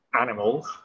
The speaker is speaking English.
animals